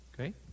Okay